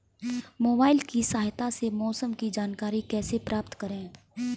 Mobile की सहायता से मौसम की जानकारी कैसे प्राप्त करें?